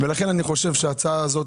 אני חושב שההצעה הזאת